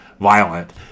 violent